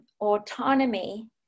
autonomy